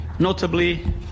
notably